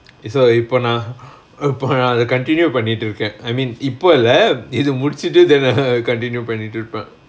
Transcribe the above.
so இப்ப நா இப்ப நா அத:ippa naa ippa naa atha continue பண்ணிட்டு இருக்கேன்:pannittu irukaen I mean இப்போ இல்ல இது முடிச்சிட்டு:ippo illa ithu mudichitu then ah continue பண்ணிட்டு இருப்ப:pannittu iruppa